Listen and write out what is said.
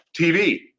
TV